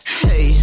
hey